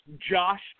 Josh